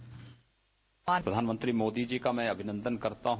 bite प्रधानमंत्री मोदी जी का मैं अभिनन्द करता हूं